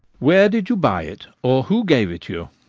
where did you buy it? or who gave it you?